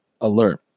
alert